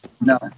No